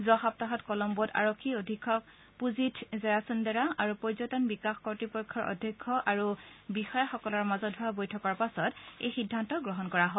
যোৱা সপ্তাহত কোলম্বোত আৰক্ষী অধীক্ষক পুজিথ জয়াসুন্দৰা আৰু পৰ্যটন বিকাশ কৰ্ড়পক্ষৰ অধ্যক্ষ আৰু বিষয়াসকলৰ মাজত হোৱা বৈঠকৰ পিছত এই সিদ্ধান্ত গ্ৰহণ কৰা হয়